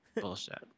Bullshit